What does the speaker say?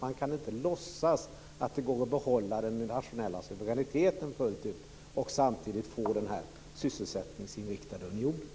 Man kan inte låtsas att det går att fullt ut behålla den nationella suveräniteten samtidigt som man är med i den här sysselsättningsinriktade unionen.